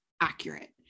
accurate